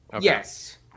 Yes